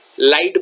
light